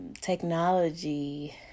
technology